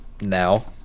now